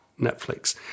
netflix